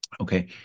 Okay